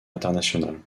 international